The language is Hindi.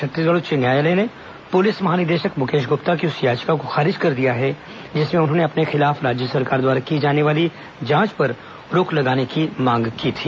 छत्तीसगढ़ उच्च न्यायालय ने पुलिस महानिदेशक मुकेश गुप्ता की उस याचिका को खारिज कर दिया है जिसमें उन्होंने अपने खिलाफ राज्य सरकार द्वारा की जाने वाली जांच पर रोक लगाने की मांग की थी